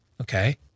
Okay